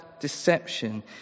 deception